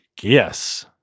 yes